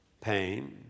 pain